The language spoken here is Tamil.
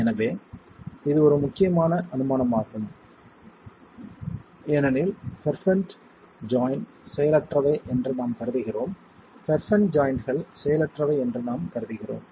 எனவே இது ஒரு முக்கியமான அனுமானமாகும் ஏனெனில் பெர்பென்ட் ஜாய்ண்ட் செயலற்றவை என்று நாம் கருதுகிறோம் பெர்பென்ட் ஜாய்ண்ட்கள் செயலற்றவை என்று நாம் கருதுகிறோம்